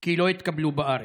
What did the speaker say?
כי לא התקבלו בארץ?